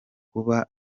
kuba